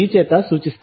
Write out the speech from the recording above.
చేత సూచిస్తారు